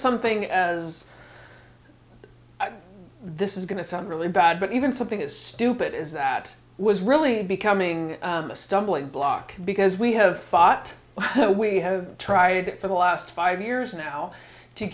something as this is going to sound really bad but even something as stupid as that was really becoming a stumbling block because we have thought well we have tried it for the last five years now to